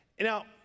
Now